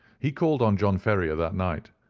he called on john ferrier that night,